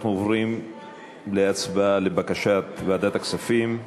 אנחנו עוברים להצבעה על בקשת ועדת הכספים.